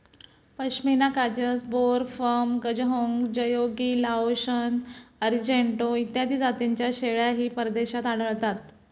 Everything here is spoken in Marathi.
पश्मिना काजस, बोर, फर्म, गझहोंग, जयोगी, लाओशन, अरिजेंटो इत्यादी जातींच्या शेळ्याही परदेशात आढळतात